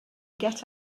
get